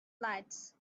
lights